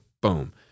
boom